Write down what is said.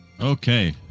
Okay